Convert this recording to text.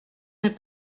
n’est